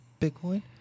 Bitcoin